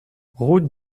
route